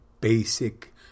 basic